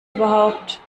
überhaupt